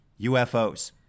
UFOs